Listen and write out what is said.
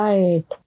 Right